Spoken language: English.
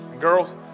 Girls